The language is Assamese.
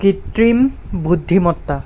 কৃত্রিম বুদ্ধিমত্তা